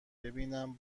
ببینم